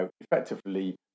effectively